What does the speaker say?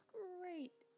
great